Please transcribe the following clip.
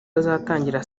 uzatangira